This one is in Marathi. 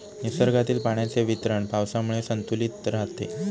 निसर्गातील पाण्याचे वितरण पावसामुळे संतुलित राहते